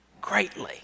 greatly